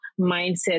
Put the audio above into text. mindset